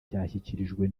cyashyikirijwe